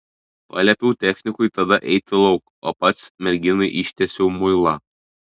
paliepiau technikui tada eiti lauk o pats merginai ištiesiau muilą